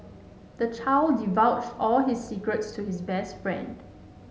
the child divulged all his secrets to his best friend